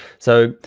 so,